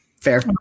Fair